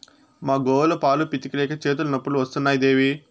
మా గోవుల పాలు పితిక లేక చేతులు నొప్పులు వస్తున్నాయి దేవీ